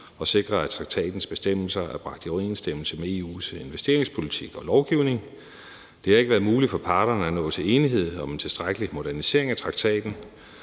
og sikre, at traktatens bestemmelser er bragt i overensstemmelse med EU's investeringspolitik og lovgivning. Det har ikke været muligt for parterne at nå til enighed om en tilstrækkelig modernisering af traktaten.